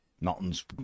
nothing's